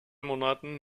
monaten